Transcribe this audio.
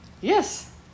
yes